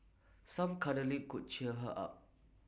some cuddling could cheer her up